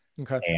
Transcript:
okay